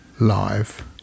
live